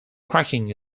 cracking